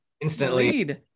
instantly